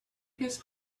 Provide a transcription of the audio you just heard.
his